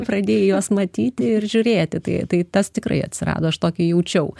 pradėjai juos matyti ir žiūrėti tai tas tikrai atsirado aš tokį jaučiau